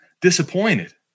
disappointed